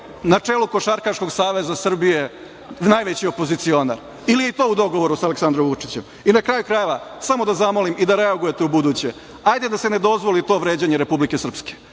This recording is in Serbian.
na čelu Košarkaškog saveza Srbije, najveći opozicionar? Ili je i to u dogovoru sa Aleksandrom Vučićem?I na kraju krajeva, samo da zamolim i da reagujete ubuduće, hajde da se ne dozvoli to vređanje Republike Srpske,